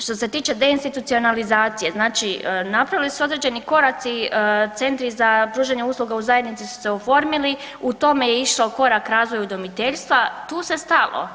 Što se tiče deinstitucionalizacije, znači napravili su određeni koraci centri za pružanje usluga u zajednici su se oformili u tome je išao korak razvoj udomiteljstva, tu ste stalo.